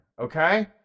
Okay